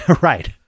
Right